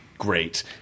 Great